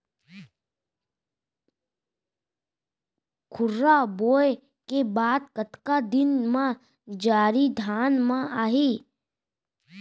खुर्रा बोए के बाद कतका दिन म जरी धान म आही?